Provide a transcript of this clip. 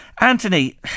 Anthony